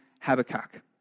Habakkuk